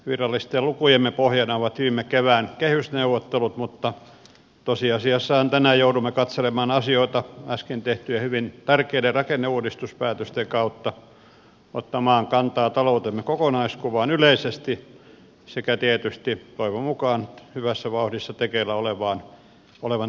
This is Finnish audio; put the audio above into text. virallisten lukujemme pohjana ovat viime kevään kehysneuvottelut mutta tosiasiassahan tänään joudumme katselemaan asioita äsken tehtyjen hyvin tärkeiden rakenneuudistuspäätösten kautta ottamaan kantaa taloutemme kokonaiskuvaan yleisesti sekä tietysti toivon mukaan hyvässä vauhdissa tekeillä olevan työmarkkinaratkaisun kautta